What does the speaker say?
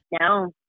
No